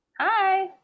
Hi